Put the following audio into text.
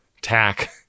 Tack